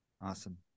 Awesome